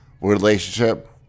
relationship